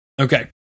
Okay